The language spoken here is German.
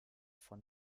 von